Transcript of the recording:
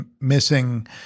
missing